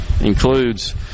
Includes